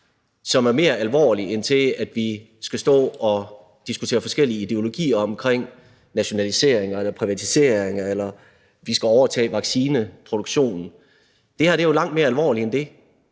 som er mere alvorlig, end at vi skal stå og diskutere forskellige ideologier omkring nationaliseringer eller privatiseringer, eller om vi skal overtage vaccineproduktionen. Det her er jo langt mere alvorligt end det,